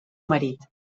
marit